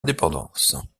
indépendance